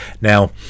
Now